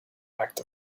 act